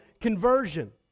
conversion